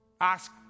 ask